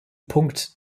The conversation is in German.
punkt